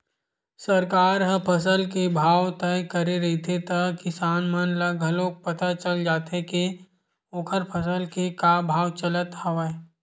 सरकार ह फसल के भाव तय करे रहिथे त किसान मन ल घलोक पता चल जाथे के ओखर फसल के का भाव चलत हवय